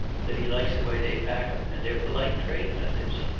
that he likes the way they pack em, and their polite trade methods.